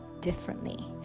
differently